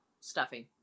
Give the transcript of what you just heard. Stuffing